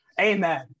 Amen